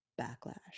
backlash